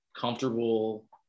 comfortable